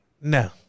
No